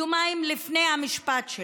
יומיים לפני המשפט שלו,